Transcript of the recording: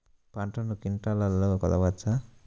పంటను క్వింటాల్లలో కొలవచ్చా?